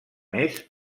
més